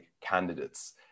candidates